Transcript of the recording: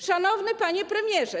Szanowny Panie Premierze!